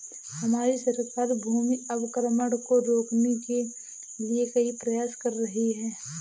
हमारी सरकार भूमि अवक्रमण को रोकने के लिए कई प्रयास कर रही है